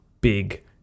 big